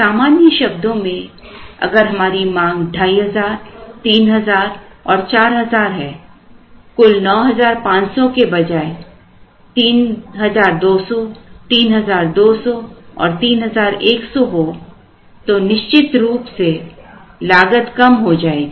सामान्य शब्दों में अगर हमारी मांग 2500 3000 और 4000 कुल 9500 के बजाय 3200 3200 और 3100 हो तो निश्चित रूप से निश्चित रूप से लागत कम हो जाएगी